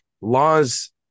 laws